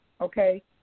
okay